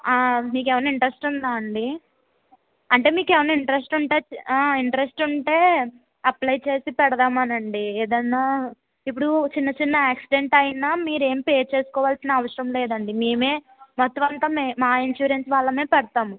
ఆ మీకేమైనా ఇంట్రెస్ట్ ఉందా అండీ అంటే మీకు ఎమైనా ఇంటరెస్ట్ ఉంటే ఆ ఇంటరెస్ట్ ఉంటే అప్లై చేసి పెడదామనండి ఏదైనా ఇప్పుడు చిన్న చిన్న యాక్సిడెంట్స అయినా మీరేమి పే చేసుకోవాల్సిన అవసరం లేదండి మేమే మొత్తమంతా మే మా ఇన్సూరెన్స్ వాళ్ళమే పెడతాము